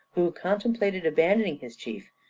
who contemplated abandoning his chief,